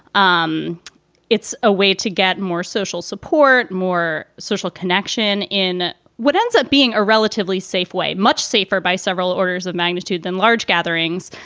um it's a way to get more social support, more social connection in what ends up being a relatively safe way, much safer by several orders of magnitude than large gatherings.